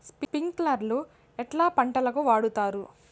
స్ప్రింక్లర్లు ఎట్లా పంటలకు వాడుతారు?